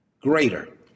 greater